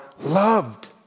loved